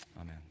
Amen